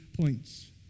points